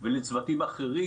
ולצוותים אחרים.